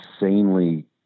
insanely